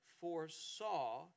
foresaw